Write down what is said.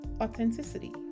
authenticity